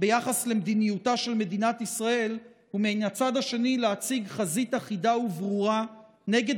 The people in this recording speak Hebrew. ביחס למדיניותה של מדינת ישראל ומן הצד השני להציג חזית אחידה וברורה נגד